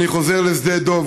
אני חוזר לשדה דב.